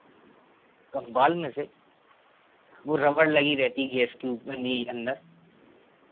valve में से वो रबड़ लगी रहती है गैस के ऊपर नहीं अंदर